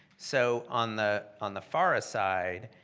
so on the on the fara side